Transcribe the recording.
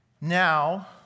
Now